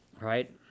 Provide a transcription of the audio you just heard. right